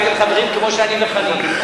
הייתם חברים כמו שאני וחנין.